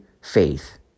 faith